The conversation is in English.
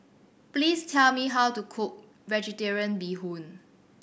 please tell me how to cook Vegetarian Bee Hoon